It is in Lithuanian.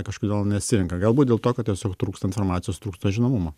kažkodėl nesirenka galbūt dėl to kad tiesiog trūksta informacijos trūksta žinomumo